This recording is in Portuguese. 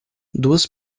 duas